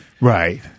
Right